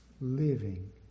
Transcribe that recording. living